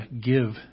give